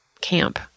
camp—